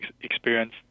experience